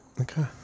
Okay